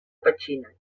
petxina